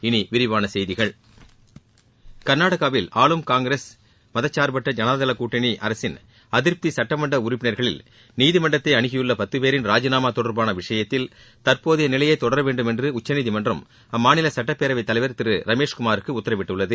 இனி விரிவான செய்திகள் கர்நாடகாவில் ஆளும் காங்கிரஸ் மதசார்பற்ற ஜனதாதள கூட்டணி அரசின் அதிருப்தி சட்டமன்ற உறுப்பினர்களில் நீதிமன்றத்தை அனுகியுள்ள பத்து பேரின் ராஜினாமா தொடர்பான விஷயத்தில் தற்போதைய நிலையே தொடர வேண்டும் என்று உச்சநீதிமன்றம் அம்மாநில சட்டப் பேரவை தலைவர் திரு ரமேஷ்குமாருக்கு உத்தரவிட்டுள்ளது